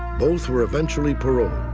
both were eventually parole.